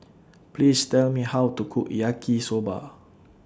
Please Tell Me How to Cook Yaki Soba